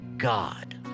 God